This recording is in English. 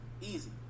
Easy